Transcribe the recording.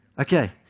Okay